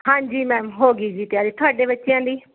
ਹਾਂਜੀ ਮੈਮ ਹੋ ਗਈ ਜੀ ਤਿਆਰੀ ਤੁਹਾਡੇ ਬੱਚਿਆਂ ਦੀ